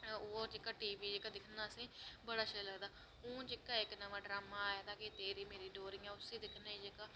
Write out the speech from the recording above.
ओह् जेह्का T V असेंगी दिक्खना बड़ा शैल लगदा ते हून जेह्का नमां ड्रामा आए दा तेरी मेरी डोरियां उसी दिक्खने आं